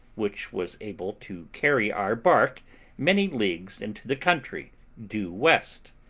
which was able to carry our bark many leagues into the country due west.